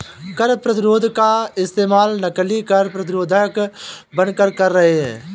कर प्रतिरोध का इस्तेमाल नकली कर प्रतिरोधक बनकर कर रहे हैं